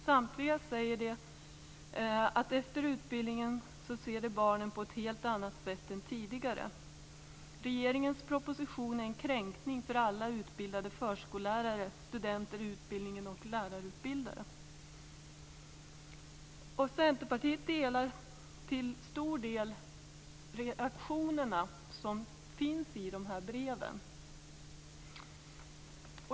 Samtliga säger att de efter utbildningen ser barnen på ett helt annat sätt än tidigare. Regeringens proposition är en kränkning för alla utbildade förskollärare, studenter i utbildningen och lärarutbildare. Centerpartiet delar till stor del de åsikter som finns i breven.